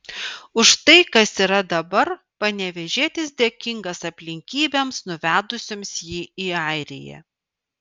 už tai kas yra dabar panevėžietis dėkingas aplinkybėms nuvedusioms jį į airiją